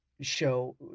show